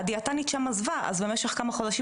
הדיאטנית שם עזבה אז במשך כמה חודשים